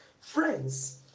friends